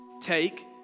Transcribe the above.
take